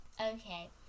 Okay